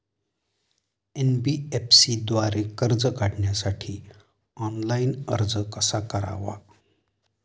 NBFC द्वारे कर्ज काढण्यासाठी ऑनलाइन अर्ज कसा करावा?